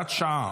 הוראת שעה,